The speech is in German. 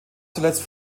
zuletzt